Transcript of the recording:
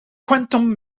quantum